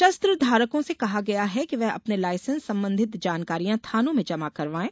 शस्त्रधारकों से कहा कि वे अपने लायसेंस संबंधित जानकारियां थानों में जमा करवाये